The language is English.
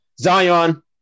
Zion